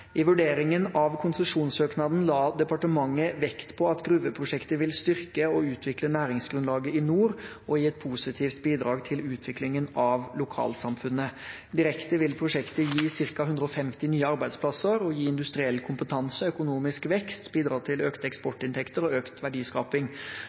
I vurderingen av konsesjonssøknaden la departementet vekt på at gruveprosjektet vil styrke og utvikle næringsgrunnlaget i nord og gi et positivt bidrag til utviklingen av lokalsamfunnet. Direkte vil prosjektet gi ca. 150 nye arbeidsplasser og gi industriell kompetanse, økonomisk vekst, bidra til økte